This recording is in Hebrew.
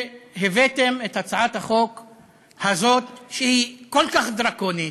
שהבאתם את הצעת החוק הזאת, שהיא כל כך דרקונית,